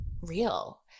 real